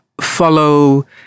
follow